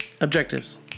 objectives